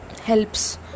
helps